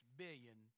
billion